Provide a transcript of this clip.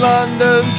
London